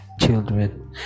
children